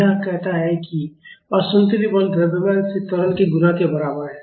यह कहता है कि असंतुलित बल द्रव्यमान से त्वरण के गुणा के बराबर है